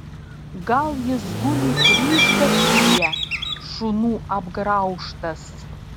gal jis guli kryžgatvyje šunų apgraužtas